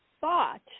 thought